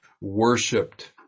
worshipped